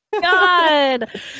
god